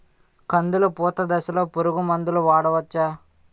కందులు పూత దశలో పురుగు మందులు వాడవచ్చా?